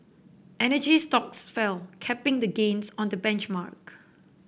energy stocks fell capping the gains on the benchmark